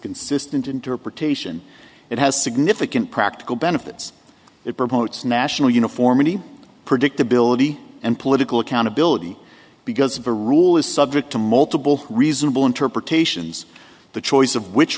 consistent interpretation it has significant practical benefits it promotes national uniformity predictability and political accountability because the rule is subject to multiple reasonable interpretations the choice of which